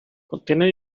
contiene